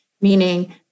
meaning